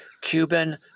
Cuban